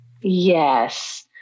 Yes